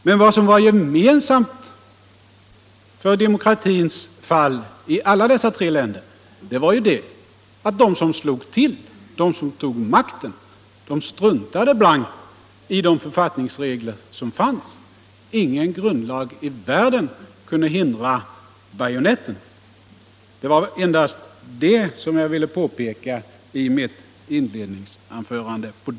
Men vad som var gemensamt när det gäller demokratins fall i alla dessa tre länder är att de som slog till och tog makten blankt struntade i de författningsregler som fanns. Ingen grundlag i världen kunde hindra bajonetterna. Det var endast detta jag ville påpeka i mitt inledningsanförande.